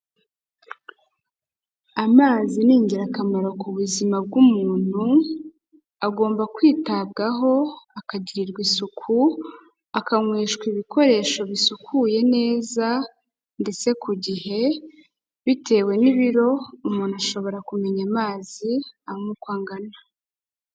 Amazi ni ingirakamaro ku buzima bw'umuntu, agomba kwitabwaho akagirirwa isuku, akanyweshwa ibikoresho bisukuye neza ndetse ku gihe, bitewe n'ibiro umuntu ashobora kumenya amazi anywa uko angana.